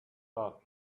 out